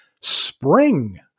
spring